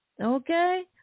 Okay